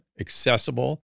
accessible